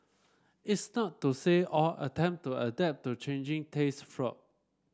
it's not to say all attempt to adapt to changing taste flopped